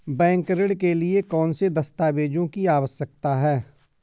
Bank ऋण के लिए कौन से दस्तावेजों की आवश्यकता है?